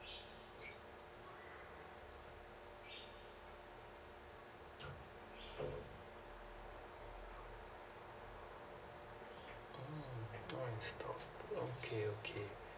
mm do on stock okay okay